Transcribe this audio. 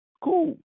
Cool